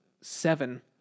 seven